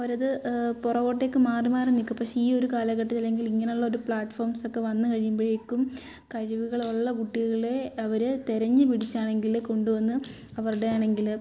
അവരത് പുറകോട്ടേക്ക് മാറി മാറി നിൽക്കുക പക്ഷേ ഈ ഒരു ഒരു കാലഘട്ടത്തിൽ അല്ലെങ്കിൽ ഇങ്ങനെയുള്ള ഒരു പ്ലാറ്റ്ഫോംസ് ഒക്കെ വന്ന് കഴിയുമ്പോഴേക്കും കഴിവുകൾ ഉള്ള കുട്ടികളെ അവർ തിരഞ്ഞ് പിടിച്ചാണെങ്കിൽ കൊണ്ടുവന്ന് അവരുടെ ആണെങ്കിൽ